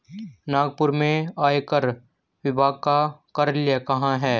नागपुर में आयकर विभाग का कार्यालय कहाँ है?